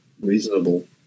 reasonable